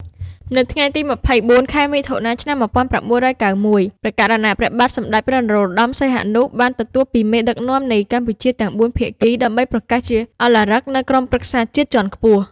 នៅថ្ងៃទី២៤ ខែមិថុនា ឆ្នាំ១៩៩១ ព្រះករុណាព្រះបាទសម្តេចព្រះនរោត្តម សីហនុ បាន ទទួលពីមេដឹកនាំនៃកម្ពុជាទំាង៤ ភាគីដើម្បីប្រកាសជាឧឡារិក នូវក្រុមប្រឹក្សាជាតិជាន់ខ្ពស់ ។